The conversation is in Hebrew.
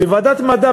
בוועדת המדע,